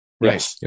Right